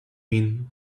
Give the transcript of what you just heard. been